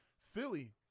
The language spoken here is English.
Philly